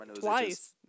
Twice